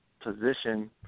position